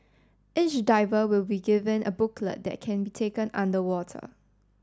each diver will be given a booklet that can be taken underwater